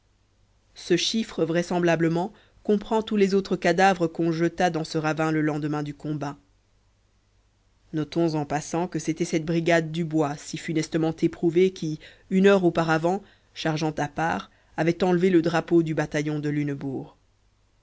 ce chiffre vraisemblablement comprend tous les autres cadavres qu'on jeta dans ce ravin le lendemain du combat notons en passant que c'était cette brigade dubois si funestement éprouvée qui une heure auparavant chargeant à part avait enlevé le drapeau du bataillon de